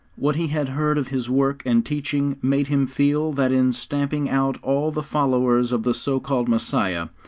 what he had heard of his work and teaching made him feel that in stamping out all the followers of the so-called messiah,